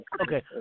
Okay